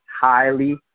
highly